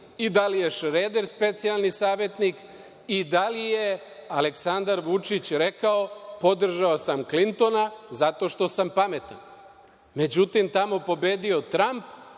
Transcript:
i da li je Šreder specijalni savetnik i da li je Aleksandar Vučić rekao – podržao sam Klintona zato što sam pametan. Međutim, tamo je pobedio Tramp,